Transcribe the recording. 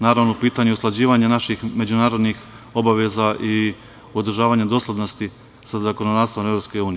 Naravno, u pitanju je usklađivanje naših međunarodnih obaveza i održavanje doslednosti sa zakonodavstvom EU.